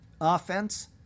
offense